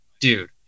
Dude